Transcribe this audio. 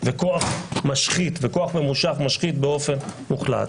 וכוח הוא משחית, וכוח ממושך משחית באופן מוחלט,